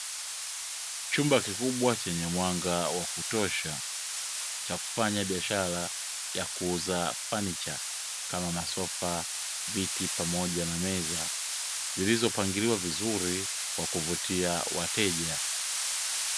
Chumba kikubwa chenye mwanga wa kutosha cha kufanya biashara ya kuuza fanicha kama: masofa, viti pamoja na meza, zilizopangiliwa vizuri kwa kuvutia wateja.